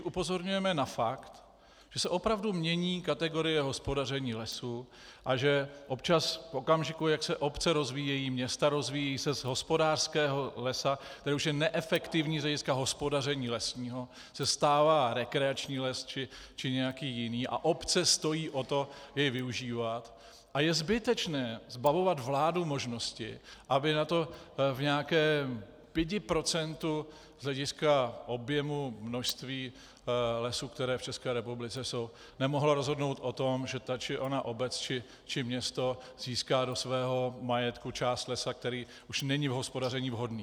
Spíš upozorňujeme na fakt, že se opravdu mění kategorie hospodaření lesů a že občas v okamžiku, jak se obce rozvíjejí, města rozvíjejí, se z hospodářského lesa, který už je neefektivní z hlediska hospodaření lesního, stává rekreační les či nějaký jiný a obce stojí o to jej využívat, a je zbytečné zbavovat vládu možnosti, aby na to v nějakém pidiprocentu z hlediska objemu, množství lesů, které v ČR jsou, nemohla rozhodnout o tom, že ta či ona obec či město získá do svého majetku část lesa, který už není k hospodaření vhodný.